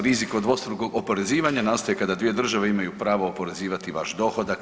Rizik od dvostrukog oporezivanja nastaje kada dvije države imaju pravo oporezivati vaš dohodak.